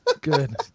good